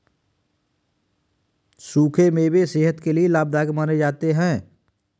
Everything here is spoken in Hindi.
सुखे मेवे सेहत के लिये लाभदायक माने जाते है